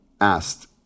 asked